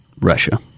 Russia